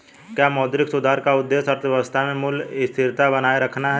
क्या मौद्रिक सुधार का उद्देश्य अर्थव्यवस्था में मूल्य स्थिरता बनाए रखना है?